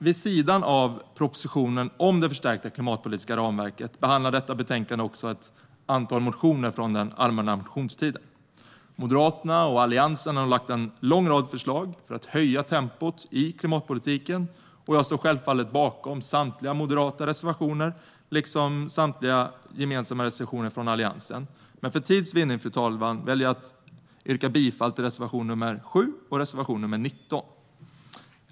Vid sidan av propositionen om det förstärkta klimatpolitiska ramverket behandlas också ett antal motioner från den allmänna motionstiden i detta betänkande. Moderaterna och Alliansen har lagt fram en lång rad förslag för att höja tempot i klimatpolitiken. Jag står självfallet bakom samtliga moderata reservationer liksom samtliga gemensamma reservationer från Alliansen. Men för tids vinnande väljer jag att yrka bifall till reservationerna 7 och 19.